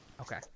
Okay